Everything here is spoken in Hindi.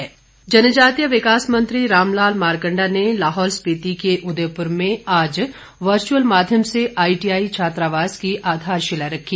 मारकंडा जनजातीय विकास मंत्री रामलाल मारकंडा ने लाहौल स्पिति के उदयपुर में आज वर्चुअल माध्यम से आईटीआई छात्रावास की आधारशिला रखी